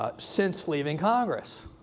ah since leaving congress.